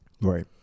Right